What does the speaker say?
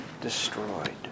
destroyed